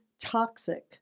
toxic